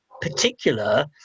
particular